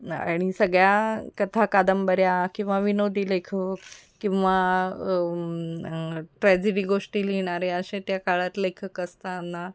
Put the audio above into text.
आणि सगळ्या कथा कादंबऱ्या किंवा विनोदी लेखक किंवा ट्रॅजिडी गोष्टी लिहिणारे असे त्या काळात लेखक असताना